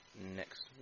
next